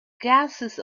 gases